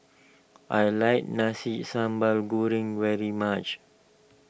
I like Nasi Sambal Goreng very much